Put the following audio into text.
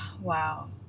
Wow